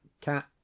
cat